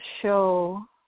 show